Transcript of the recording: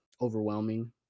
overwhelming